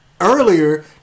earlier